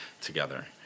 together